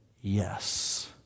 yes